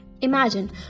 Imagine